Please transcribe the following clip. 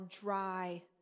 dry